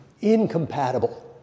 incompatible